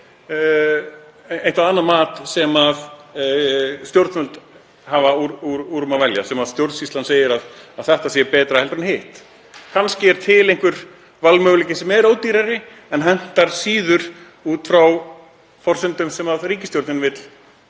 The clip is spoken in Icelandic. yfir annað mat sem stjórnvöld geta valið af því að stjórnsýslan segir að þetta sé betra heldur en hitt. Kannski er til einhver valmöguleiki sem er ódýrari en hentar síður út frá forsendum sem ríkisstjórnin vill